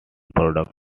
products